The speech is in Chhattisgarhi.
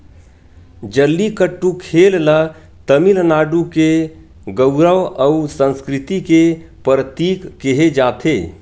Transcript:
जल्लीकट्टू खेल ल तमिलनाडु के गउरव अउ संस्कृति के परतीक केहे जाथे